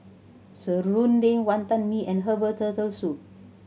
serunding Wantan Mee and herbal Turtle Soup